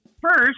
First